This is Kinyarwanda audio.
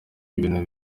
ibintu